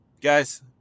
guys